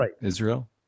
Israel